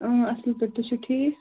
اۭں اَصٕل پٲٹھۍ تُہۍ چھِو ٹھیٖک